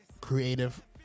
creative